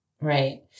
right